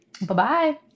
bye-bye